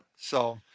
so,